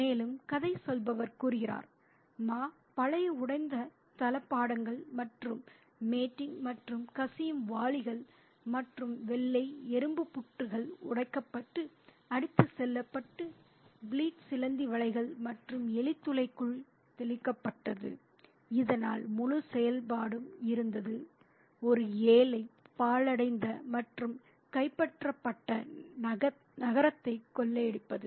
மேலும் கதை சொல்பவர் கூறுகிறார் "மா பழைய உடைந்த தளபாடங்கள் மற்றும் மேட்டிங் மற்றும் கசியும் வாளிகள் மற்றும் வெள்ளை எறும்பு புற்றுகள் உடைக்கப்பட்டு அடித்துச் செல்லப்பட்டு பிளிட் சிலந்தி வலைகள் மற்றும் எலி துளைக்குள் தெளிக்கப்பட்டது இதனால் முழு செயல்பாடும் இருந்தது ஒரு ஏழை பாழடைந்த மற்றும் கைப்பற்றப்பட்ட நகரத்தை கொள்ளையடிப்பது